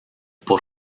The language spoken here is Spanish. por